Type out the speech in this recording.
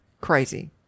crazy